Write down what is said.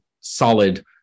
solid